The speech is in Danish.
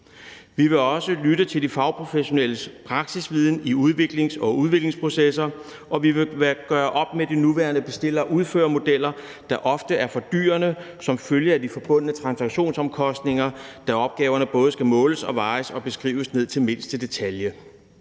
Vi vil også lytte til de fagprofessionelles praksisviden i udvikling og udviklingsprocesser, og vi vil gøre op med de nuværende bestil og udfør-modeller, der ofte er fordyrende som følge af de forbundne transaktionsomkostninger, da opgaverne både skal måles og vejes og beskrives ned til mindste detalje.